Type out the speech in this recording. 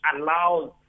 allows